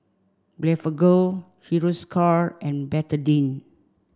Blephagel Hiruscar and Betadine